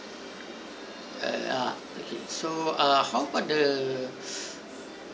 err uh so ah how about the